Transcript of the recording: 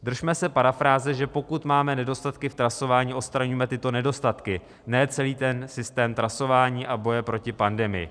Držme se parafráze, že pokud máme nedostatky v trasování, odstraníme tyto nedostatky, ne celý ten systém trasování a boje proti pandemii.